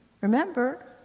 remember